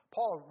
Paul